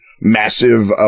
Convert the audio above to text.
massive